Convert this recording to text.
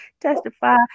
testify